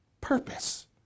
purpose